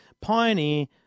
Pioneer